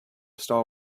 star